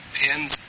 pins